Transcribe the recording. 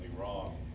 wrong